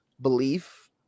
belief